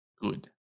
good